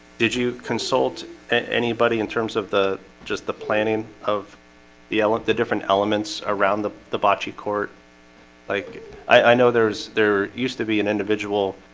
did you consult anybody in terms of the just the planning of the elint the different elements around the the bocce court like i know there's there used to be an individual